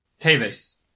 Tevez